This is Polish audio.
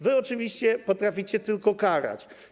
Wy oczywiście potraficie tylko karać.